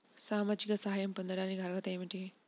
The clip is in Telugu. సామాజిక సహాయం పొందటానికి అర్హత ఏమిటి?